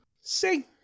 See